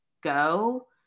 go